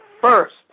first